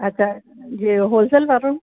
अछा ही होलसेल वारो